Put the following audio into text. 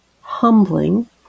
humbling